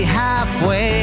halfway